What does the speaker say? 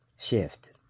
shift